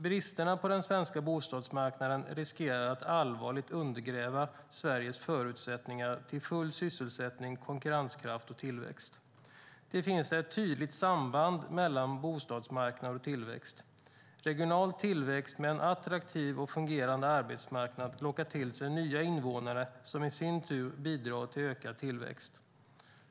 Bristerna på den svenska bostadsmarknaden riskerar att allvarligt undergräva Sveriges förutsättningar för full sysselsättning, konkurrenskraft och tillväxt. Det finns ett tydligt samband mellan bostadsmarknad och tillväxt. Regional tillväxt med en attraktiv och fungerande arbetsmarknad lockar till sig nya invånare som i sin tur bidrar till ökad tillväxt.